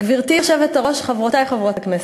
גברתי היושבת-ראש, חברותי חברות הכנסת,